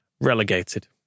relegated